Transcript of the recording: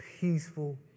peaceful